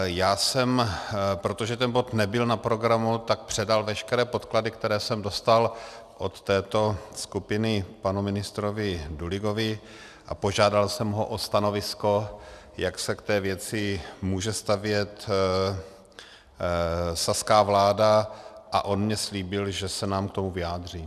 Já jsem, protože ten bod nebyl na programu, předal veškeré podklady, které jsem dostal od této skupiny, panu ministrovi Duligovi a požádal jsem ho o stanovisko, jak se k té věci může stavět saská vláda, a on mně slíbil, že se nám k tomu vyjádří.